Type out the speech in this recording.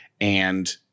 And-